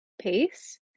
pace